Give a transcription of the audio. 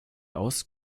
aus